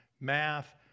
math